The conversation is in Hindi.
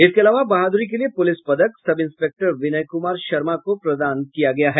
इसके अलावा बहादुरी के लिए पुलिस पदक सब इंस्पेक्टर विनय कुमार शर्मा को प्रदान किया गया है